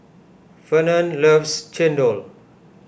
Fernand loves Chendol